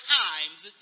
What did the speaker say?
times